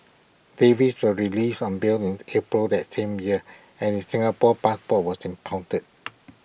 Davies was released on bail in April that same year and his Singapore passport was impounded